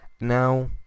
now